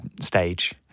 stage